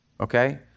okay